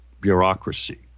bureaucracy